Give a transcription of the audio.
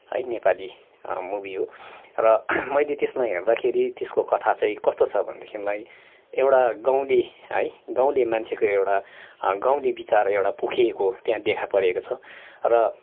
है नेपाली मुभी हो र मैले त्यसमा हेर्दाखेरि त्यसको कथा चाहिँ कस्तो छ भनेदेखिलाई एउटा गाउँले है गाउँले मान्छेको एउटा गाउँले विचार एउटा पोखिएको त्यहाँ देखापरेको छ र